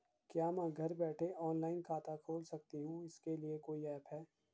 क्या मैं घर बैठे ऑनलाइन खाता खोल सकती हूँ इसके लिए कोई ऐप है?